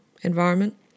environment